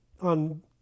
on